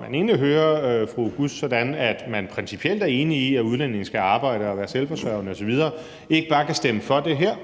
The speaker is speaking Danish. fru Halime Oguz, at man principielt er enig i, at udlændinge skal arbejde og være selvforsørgende osv., ikke bare kan stemme for det her,